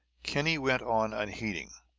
kinney went on unheeding.